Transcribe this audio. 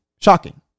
shocking